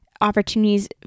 opportunities